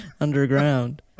underground